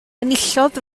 enillodd